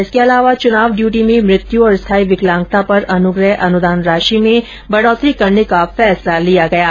इसके अलावा चुनाव ड्यूटी में मृत्यु और स्थायी विकलांगता पर अनुग्रह अनुदान राशि में बढ़ोतरी की गई है